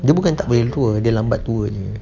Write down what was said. dia bukan tak boleh tua dia lambat tua